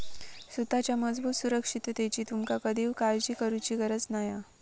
सुताच्या मजबूत सुरक्षिततेची तुमका कधीव काळजी करुची गरज नाय हा